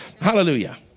Hallelujah